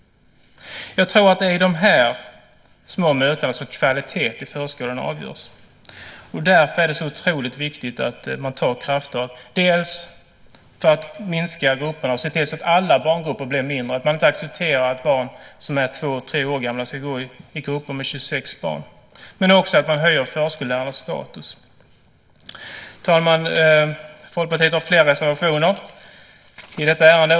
Jag tror att det är i de här små mötena som kvalitet i förskolan avgörs. Det är så otroligt viktigt att man tar krafttag för att minska grupperna och ser till att alla barngrupper blir mindre. Man ska inte acceptera att barn som är två tre år gamla ska gå i grupper med 26 barn. Det är också viktigt att man höjer förskollärarnas status. Herr talman! Folkpartiet har flera reservationer i detta ärende.